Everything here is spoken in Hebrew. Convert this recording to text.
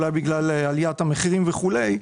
אולי בגלל עליית המחירים וכולי,